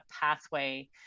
pathway